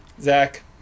Zach